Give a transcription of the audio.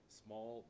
small